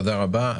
תודה רבה.